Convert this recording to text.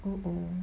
oh oh